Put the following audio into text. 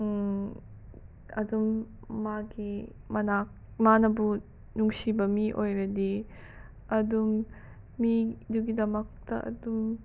ꯑꯗꯨꯝ ꯃꯥꯒꯤ ꯃꯅꯥꯛ ꯃꯥꯅꯕꯨ ꯅꯨꯡꯁꯤꯕ ꯃꯤ ꯑꯣꯏꯔꯗꯤ ꯑꯗꯨꯝ ꯃꯤꯗꯨꯒꯤꯗꯃꯛꯇ ꯑꯗꯨꯝ